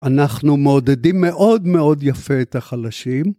‫אנחנו מעודדים מאוד מאוד יפה ‫את החלשים.